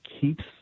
keeps